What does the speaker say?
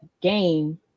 game